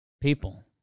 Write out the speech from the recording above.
People